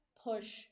push